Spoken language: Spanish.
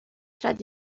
tras